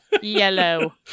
yellow